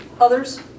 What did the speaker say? Others